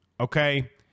Okay